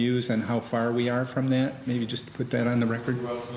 use and how far we are from there maybe just put that on the record